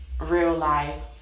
real-life